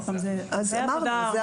זה הרבה עבודה --- את זה אמרנו.